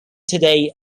today